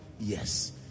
Yes